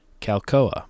Calcoa